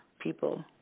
people